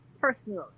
personally